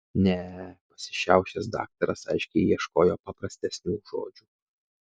ne pasišiaušęs daktaras aiškiai ieškojo paprastesnių žodžių